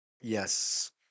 yes